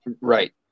Right